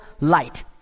light